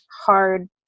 hard